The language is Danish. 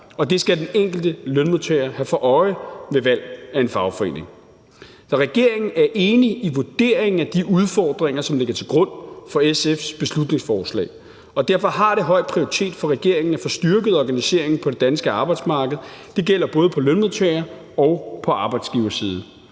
det skal den enkelte lønmodtager have for øje ved valg af en fagforening. Regeringen er enig i vurderingen af de udfordringer, som ligger til grund for SF's beslutningsforslag, og derfor har det høj prioritet for regeringen at få styrket organiseringen på det danske arbejdsmarked. Det gælder både på lønmodtagerside og på arbejdsgiverside.